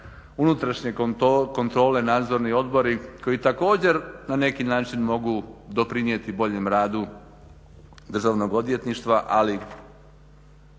unutrašnje kontrole, nadzorni odbori koji također na neki način mogu doprinijeti boljem radu Državnog odvjetništva, ali